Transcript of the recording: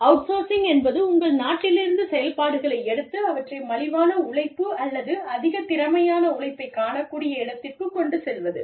outsourcing என்பது உங்கள் நாட்டிலிருந்து செயல்பாடுகளை எடுத்து அவற்றை மலிவான உழைப்பு அல்லது அதிக திறமையான உழைப்பைக் காணக்கூடிய இடத்திற்குக் கொண்டு செல்வது